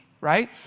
Right